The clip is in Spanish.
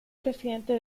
presidente